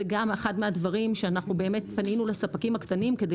זה גם אחד מהדברים שאנחנו באמת פנינו לספקים הקטנים כדי